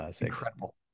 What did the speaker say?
incredible